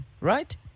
right